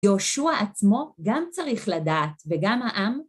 יהושע עצמו גם צריך לדעת וגם העם.